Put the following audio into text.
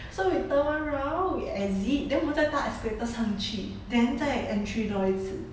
so we turn one round we exit then 我们再搭 escalators 上去 then 再 entry 多一次